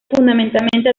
fundamentalmente